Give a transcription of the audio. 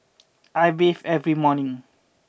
I bathe every morning